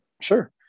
sure